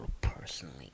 personally